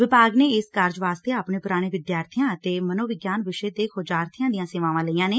ਵਿਭਾਗ ਨੇ ਇਸ ਕਾਰਜ ਵਾਸਤੇ ਆਪਣੇ ਪੁਰਾਣੇ ਵਿਦਿਆਰਥੀਆਂ ਅਤੇ ਮਨੋਵਿਗਿਆਨ ਵਿਸ਼ੇ ਦੇ ਖੋਜਾਰਥੀਆਂ ਦੀਆਂ ਸੇਵਾਵਾਂ ਲਈਆਂ ਨੇ